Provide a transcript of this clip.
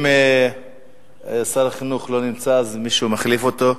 אם שר החינוך לא נמצא, אז מי שמחליף אותו.